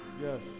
Yes